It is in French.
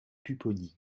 pupponi